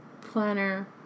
planner